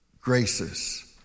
graces